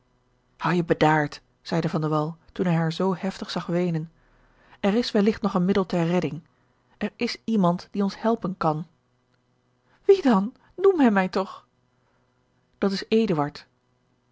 houd je bedaard zeide van de wall toen hij haar zoo heftig zag weenen er is welligt nog een middel ter redding er is iemand die ons helpen kan wie dan noem hem mij toch dat is